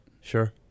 Sure